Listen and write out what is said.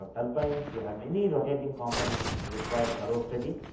have turbines, you have many rotating components which required thorough study.